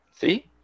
See